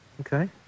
Okay